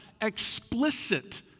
explicit